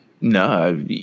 No